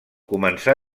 començà